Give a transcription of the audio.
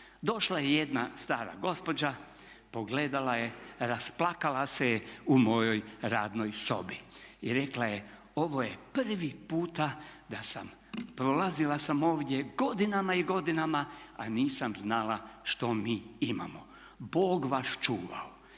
Došla je jedna stara gospođa, pogledala je i rasplakala se u mojoj radnoj sobi. Rekla je: "Ovo je prvi puta da sam, prolazila sam ovdje godinama i godinama a nisam znala što mi imamo. Bog vas čuvao.".